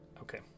Okay